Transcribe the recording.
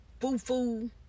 Fufu